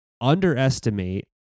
underestimate